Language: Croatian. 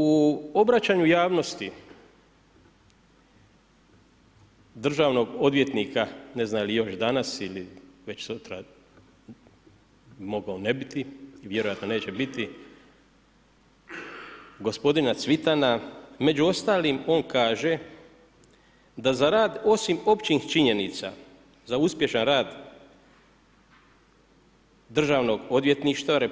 U obraćanju javnosti državnog odvjetnika, ne znam je li još danas ili već sutra bi mogao ne biti, vjerojatno neće biti, gospodina Cvitana, među ostalim on kaže da za rad osim općih činjenica za uspješan rad državnog odvjetništva RH